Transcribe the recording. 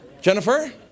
Jennifer